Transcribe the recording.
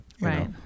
Right